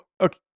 Okay